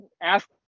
ask